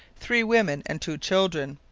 three women, and two children.